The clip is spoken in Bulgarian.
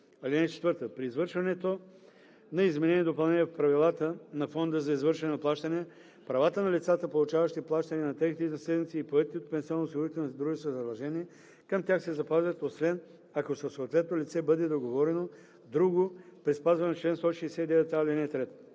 (4) При извършването на изменения и допълнения в правилата на фонда за извършване на плащания правата на лицата, получаващи плащания, и на техните наследници и поетите от пенсионноосигурителните дружества задължения към тях се запазват, освен ако със съответното лице бъде договорено друго при спазване на чл. 169а, ал. 3.